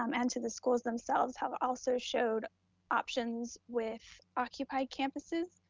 um and to the schools themselves, have also showed options with occupied campuses.